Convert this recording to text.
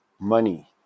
money